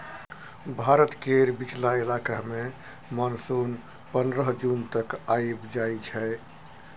भारत केर बीचला इलाका मे मानसून पनरह जून तक आइब जाइ छै